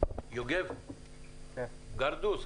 יוגב גרדוס.